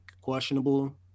questionable